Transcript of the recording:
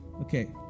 Okay